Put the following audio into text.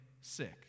sick